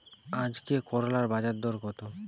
আজকে করলার বাজারদর কত?